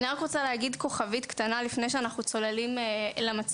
אני רק רוצה להגיד כוכבית קטנה לפני שאנחנו צוללים למצגת.